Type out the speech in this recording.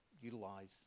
utilize